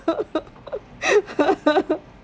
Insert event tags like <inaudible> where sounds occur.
<laughs>